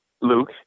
Luke